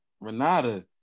Renata